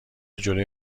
جلوی